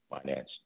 finance